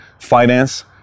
finance